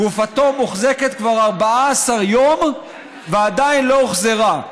גופתו מוחזקת כבר 14 יום ועדיין לא הוחזרה.